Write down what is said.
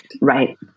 Right